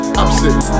opposite